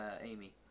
Amy